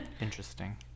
Interesting